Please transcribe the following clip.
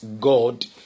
God